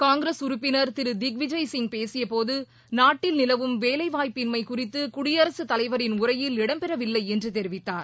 காங்கிரஸ் உறுப்பினர் திரு திக்விஜய் சிங் பேசிய போது நாட்டில் நிலவும் வேலைவாய்ப்பின்மை குறித்து குடியரசுத் தலைவரின் உரையில் இடம்பெறவில்லை என்று தெரிவித்தார்